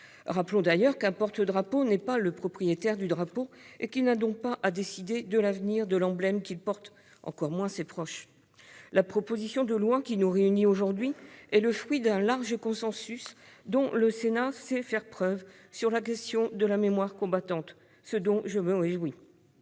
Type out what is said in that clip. Rappelons d'ailleurs qu'un porte-drapeau n'est pas le propriétaire du drapeau et qu'il n'a donc pas à décider de l'avenir de cet emblème, et ses proches encore moins. La proposition de loi qui nous est aujourd'hui soumise est le fruit du large consensus dont le Sénat sait faire preuve sur la question de la mémoire combattante. Elle vise